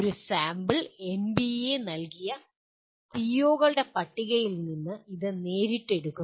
ഒരു sample NBA നൽകിയ പിഒകളുടെ പട്ടികയിൽ നിന്ന് ഇത് നേരിട്ട് എടുക്കുന്നു